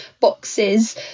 boxes